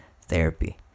therapy